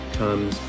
comes